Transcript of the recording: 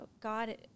God